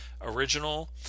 original